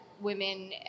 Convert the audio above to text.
women